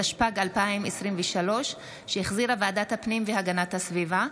התשפ"ג 2023, שהחזירה ועדת הפנים והגנת הסביבה.